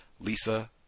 Lisa